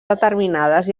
determinades